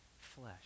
flesh